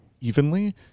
evenly